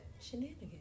Shenanigans